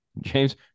James